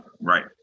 right